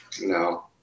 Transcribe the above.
No